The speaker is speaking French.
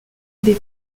des